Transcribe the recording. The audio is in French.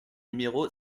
numéro